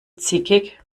zickig